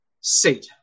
Satan